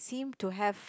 seem to have